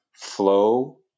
Flow